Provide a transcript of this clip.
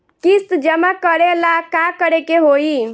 किस्त जमा करे ला का करे के होई?